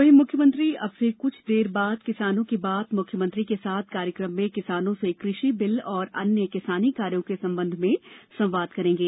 वहीं मुख्यमंत्री अब से कुछ देर बाद किसानों की बात मुख्यमंत्री के साथ कार्यक्रम में किसानों से कृषि बिल एवं अन्य किसानी कार्यों के संबंध में संवाद करेंगे